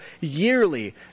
yearly